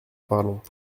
parlons